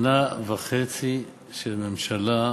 שנה וחצי של ממשלה,